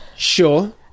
Sure